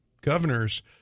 governors